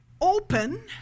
open